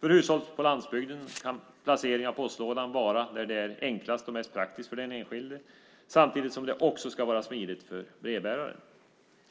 För hushåll på landsbygden kan placeringen av postlådan vara där det är enklast och mest praktiskt för den enskilde samtidigt som det också ska vara smidigt för brevbäraren.